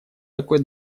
такой